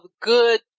good